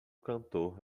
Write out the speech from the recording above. cantor